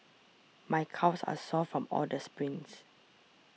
my calves are sore from all the sprints